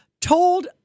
told